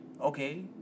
okay